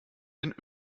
den